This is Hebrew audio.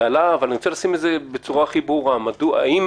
אני רוצה לשים את הדברים בצורה הכי ברורה: האם